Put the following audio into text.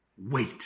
wait